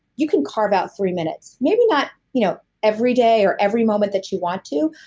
you can carve out three minutes. maybe not you know every day or every moment that you want to,